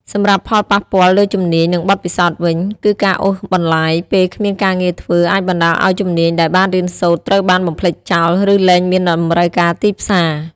សម្រាប់ផលប៉ះពាល់លើជំនាញ និងបទពិសោធន៍វិញ គឺការអូសបន្លាយពេលគ្មានការងារធ្វើអាចបណ្ដាលឱ្យជំនាញដែលបានរៀនសូត្រត្រូវបានបំភ្លេចចោល ឬលែងមានតម្រូវការទីផ្សារ។